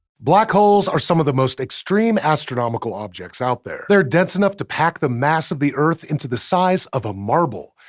black holes are some of the most extreme astronomical objects out there. they're dense enough to pack the mass of the earth into the size of a marble.